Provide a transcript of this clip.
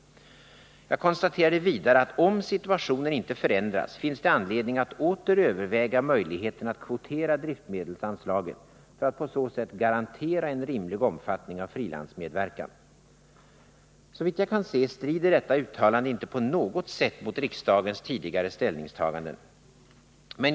Jag konstaterade vidare att om situationen inte förändras finns det anledning att åter överväga möjligheten att kvotera driftmedelsanslaget, för att på så sätt garantera en rimlig omfattning av frilansmedverkan. 33 Såvitt jag kan se strider detta uttalande inte på något sätt mot riksdagens tidigare ställningstaganden.